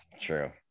True